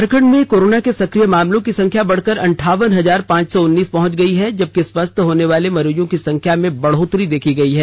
झारखंड में कोरोना के सकिय मामलों की संख्या बढ़कर अंठावन हजार पांच सौ उन्नीस पहुंच गई है जबकि स्वस्थ होने वाले मरीजों की संख्या में बढ़ोतरी देखी गई है